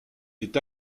est